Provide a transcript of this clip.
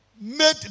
made